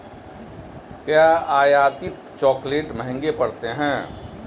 क्या आयातित चॉकलेट महंगे पड़ते हैं?